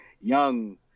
young